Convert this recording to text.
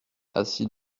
assis